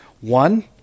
One